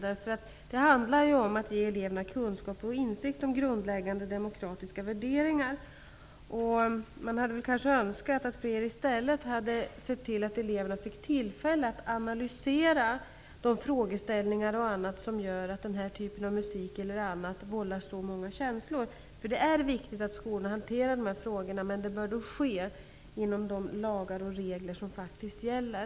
Det handlar ju om att ge eleverna kunskap och insikt om grundläggande demokratiska värderingar. Det hade kanske varit önskvärt att flera i stället hade sett till att eleverna fått tillfälle att analysera de frågeställningar som gör att den här typen av musik vållar så många känslor. Det är viktigt att skolan hanterar de här frågorna, men det bör ske inom de lagar och regler som gäller.